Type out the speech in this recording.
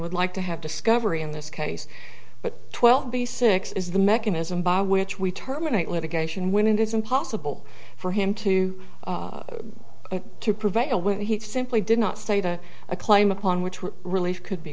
would like to have discovery in this case but twelve b six is the mechanism by which we terminate litigation when it is impossible for him to to prevail when he simply did not stay to a claim upon which were relief could be